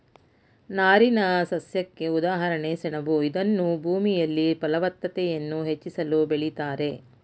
ನಾರಿನಸಸ್ಯಕ್ಕೆ ಉದಾಹರಣೆ ಸೆಣಬು ಇದನ್ನೂ ಭೂಮಿಯಲ್ಲಿ ಫಲವತ್ತತೆಯನ್ನು ಹೆಚ್ಚಿಸಲು ಬೆಳಿತಾರೆ